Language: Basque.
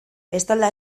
estolda